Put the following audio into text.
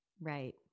right